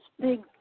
big